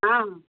ऑं